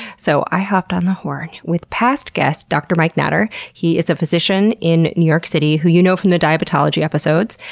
so i hopped on the horn with past guest, dr. mike natter. he is a physician in new york city, who you know from the diabetology episodes.